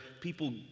people